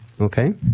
okay